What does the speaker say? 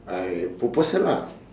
I propose her lah